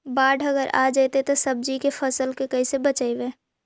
बाढ़ अगर आ जैतै त सब्जी के फ़सल के कैसे बचइबै?